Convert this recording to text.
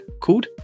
called